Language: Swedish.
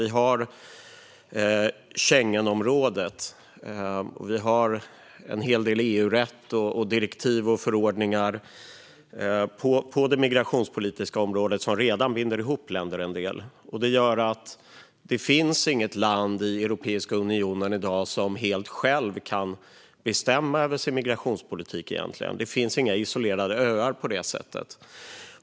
Vi har Schengenområdet, och vi har en hel del EU-rätt samt direktiv och förordningar på det migrationspolitiska området som redan binder ihop länder en del. Det gör att det i dag egentligen inte finns något land i Europeiska unionen som helt självt kan bestämma över sin migrationspolitik. Det finns inga isolerade öar på det sättet.